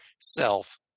self